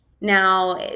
Now